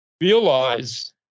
realize